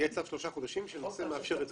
יהיה צו שלושה חודשים שמאפשר את זה.